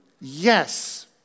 Yes